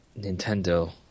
Nintendo